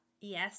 Yes